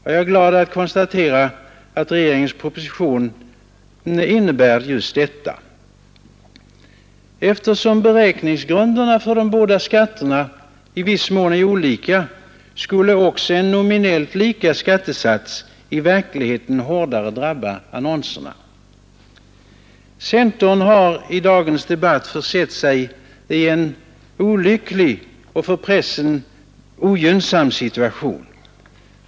Jag är glad kunna konstatera att regeringens proposition innebär just detta. Eftersom beräkningsgrunderna för de båda skatterna i viss mån är olika, skulle också en nominellt lika skattesats i verkligheten hårdare drabba annonserna. Centern har i dagens debatt försatt sig i en olycklig och för pressen ogynnsam situation.